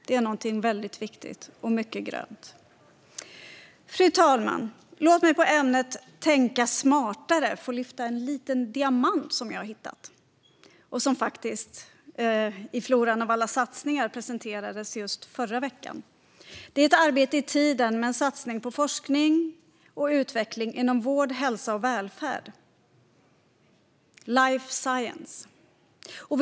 Det är någonting väldigt viktigt och mycket grönt. Fru talman! Låt mig på ämnet "tänka smartare" få lyfta en liten diamant som jag har hittat och som i floran av alla satsningar presenterades just förra veckan. Det är ett arbete i tiden med en satsning på forskning och utveckling inom vård, hälsa och välfärd - life science.